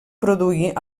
produir